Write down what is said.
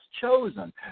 chosen